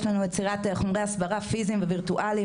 יש לנו יצירת חומרי הסברה פיזיים ווירטואליים.